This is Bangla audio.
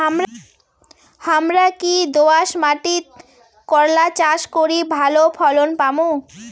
হামরা কি দোয়াস মাতিট করলা চাষ করি ভালো ফলন পামু?